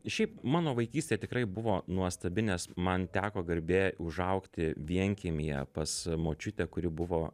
šiaip mano vaikystė tikrai buvo nuostabi nes man teko garbė užaugti vienkiemyje pas močiutę kuri buvo